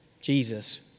Jesus